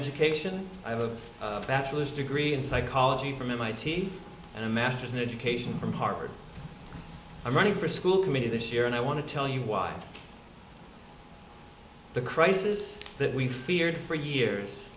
education i was a bachelor's degree in psychology from mit and a masters in education from harvard i'm running for school committee this year and i want to tell you why the crisis that we feared for years